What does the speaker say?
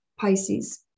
Pisces